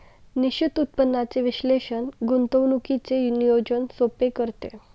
निश्चित उत्पन्नाचे विश्लेषण गुंतवणुकीचे नियोजन सोपे करते